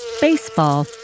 baseball